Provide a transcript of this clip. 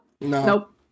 nope